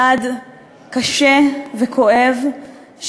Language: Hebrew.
צעד קשה וכואב,